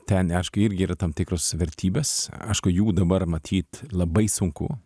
ten aišku irgi yra tam tikros vertybės aišku jų dabar matyt labai sunku